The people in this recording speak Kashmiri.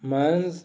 منٛز